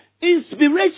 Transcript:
Inspiration